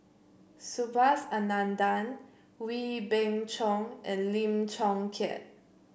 Subhas Anandan Wee Beng Chong and Lim Chong Keat